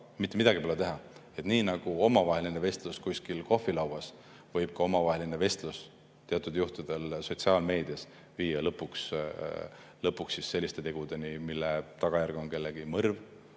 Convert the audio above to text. mitte midagi pole teha, nii nagu omavaheline vestlus kuskil kohvilauas, võib ka omavaheline vestlus sotsiaalmeedias teatud juhtudel viia lõpuks selliste tegudeni, mille tagajärg on kellegi mõrv